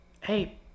hey